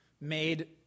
made